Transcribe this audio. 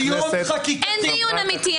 אין דיון אמיתי,